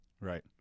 Right